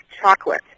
chocolate